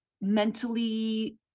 mentally